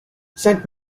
saint